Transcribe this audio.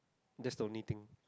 that's the only things